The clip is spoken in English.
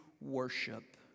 worship